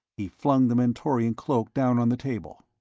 he flung the mentorian cloak down on the table.